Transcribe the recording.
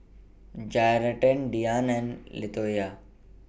Jarett Diann and Latoyia